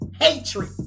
hatred